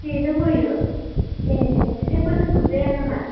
जेजों बोयो ए जेखायफोरजों गुरजाया नामा